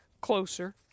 closer